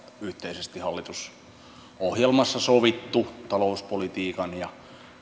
yhteisesti hallitusohjelmassa sovittu talouspolitiikan ja